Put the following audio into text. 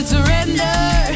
Surrender